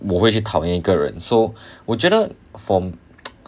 我会去讨厌一个人 so 我觉得 from